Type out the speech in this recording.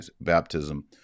baptism